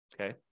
Okay